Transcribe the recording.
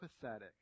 pathetic